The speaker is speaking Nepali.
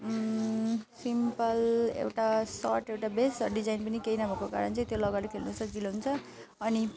सिम्पल एउटा सर्ट एउटा भेस्ट र डिजाइन पनि केही नभएको कारण चाहिँ त्यो लगाएर खेल्नु सजिलो हुन्छ अनि